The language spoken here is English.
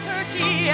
Turkey